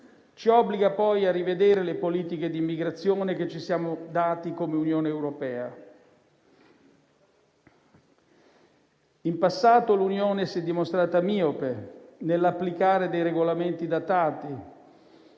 ci obbliga poi a rivedere le politiche di immigrazione che ci siamo dati come Unione europea. In passato l'Unione si è dimostrata miope nell'applicare dei regolamenti datati.